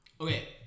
Okay